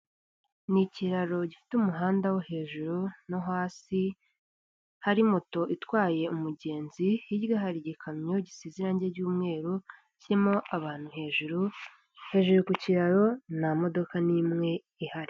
Ni ikiro gifite umuhanda wo hejuru no hasi, hari moto itwaye umugenzi hirya hari igikamyo gisize irange ry'umweru kirimo abantu hejuru, hejuru ku kiraro nta modoka n'imwe ihari.